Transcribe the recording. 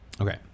okay